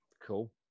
Cool